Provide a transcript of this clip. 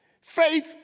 Faith